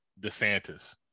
DeSantis